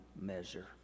measure